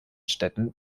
städten